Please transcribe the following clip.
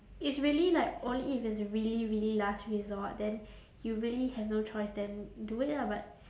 it's really like only if it's really really last resort then you really have no choice then do it lah but